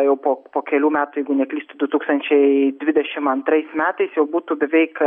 jau po po kelių metų jeigu neklystu du tūkstančiai dvidešim antrais metais jau būtų beveik